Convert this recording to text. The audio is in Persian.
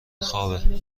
خوابه